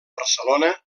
barcelona